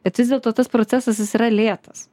bet vis dėlto tas procesas jis yra lėtas